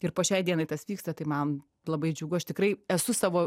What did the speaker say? ir po šiai dienai tas vyksta tai man labai džiugu aš tikrai esu savo